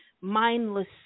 mindless